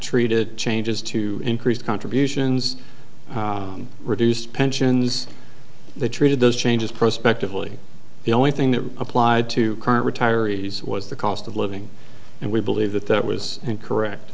treated changes to increased contributions and reduced pensions they treated those changes prospectively the only thing that applied to current retirees was the cost of living and we believe that that was